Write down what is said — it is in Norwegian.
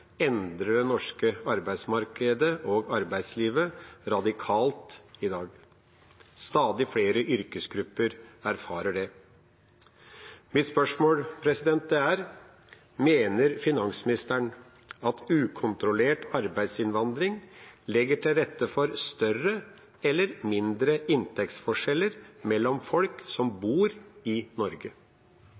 endrer det norske arbeidsmarkedet og arbeidslivet radikalt i dag. Stadig flere yrkesgrupper erfarer det. Mitt spørsmål er: Mener finansministeren at ukontrollert arbeidsinnvandring legger til rette for større eller mindre inntektsforskjeller mellom folk som bor i Norge?